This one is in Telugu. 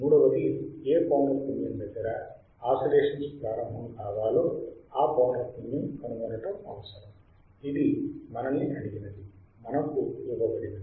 మూడవదిఏ పౌనఃపున్యం దగ్గర ఆసిలేషన్స్ ప్రారంభము కావాలో ఆ పౌనఃపున్యం కనుగొనడం అవసరం ఇది మనల్ని అడిగినది మనకు ఇవ్వబడినది